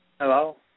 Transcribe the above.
Hello